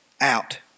out